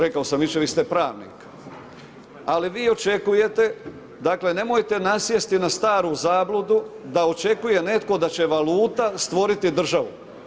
Rekao sam jučer, vi ste pravnik, ali vi očekujete dakle, nemojte nasjesti na staru zabludu da očekuje netko da će valuta stvoriti državu.